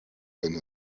donne